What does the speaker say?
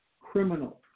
criminal